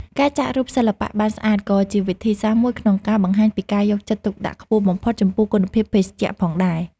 ការចាក់រូបសិល្បៈបានស្អាត ក៏ជាវិធីសាស្ត្រមួយក្នុងការបង្ហាញពីការយកចិត្តទុកដាក់ខ្ពស់បំផុតចំពោះគុណភាពភេសជ្ជៈផងដែរ។